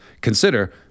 consider